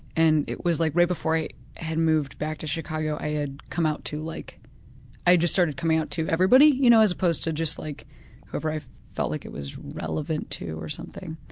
and it was like right right before i had moved back to chicago i had come out to like i just started coming out to everybody you know as opposed to just like whoever i felt like it was relevant to, or something.